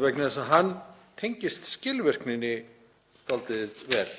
vegna þess að hann tengist skilvirkninni dálítið vel.